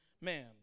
Man